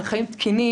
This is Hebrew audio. על חיים תקינים,